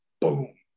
boom